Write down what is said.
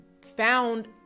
found